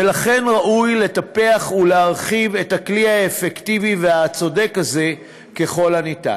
ולכן ראוי לטפח ולהרחיב את הכלי האפקטיבי והצודק הזה ככל הניתן.